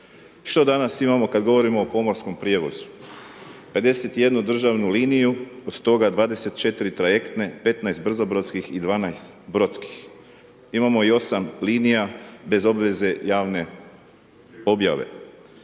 Što danas imamo kad govorimo o pomorskom prijevozu? 51 državnu liniju, od toga 24 trajektne, 15 brzobrodskih i 12 brodskih. Imamo i 8 linija bez obveze javne objave,